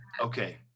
okay